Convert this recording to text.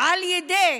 על ידי